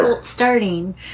starting